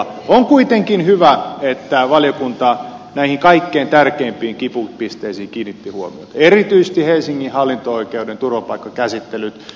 on kuitenkin hyvä että valiokunta näihin kaikkein tärkeimpiin kipupisteisiin kiinnitti huomiota erityisesti helsingin hallinto oikeuden turvapaikkakäsittelyihin